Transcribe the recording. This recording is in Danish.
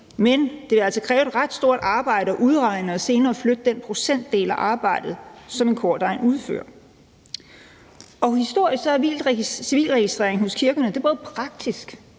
men det vil altså kræve et ret stort arbejde at udregne det og senere flytte den procentdel af arbejdet, som en kordegn udfører. Historisk set har civilregistreringen hos kirkerne både handlet